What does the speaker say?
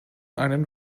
einen